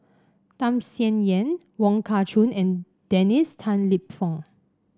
Tham Sien Yen Wong Kah Chun and Dennis Tan Lip Fong